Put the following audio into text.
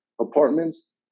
apartments